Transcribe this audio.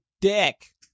dick